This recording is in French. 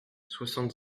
soixante